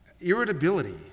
irritability